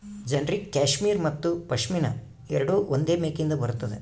generic cashmere ಮತ್ತು ಪಶ್ಮಿನಾ ಎರಡೂ ಒಂದೇ ಮೇಕೆಯಿಂದ ಬರುತ್ತದೆ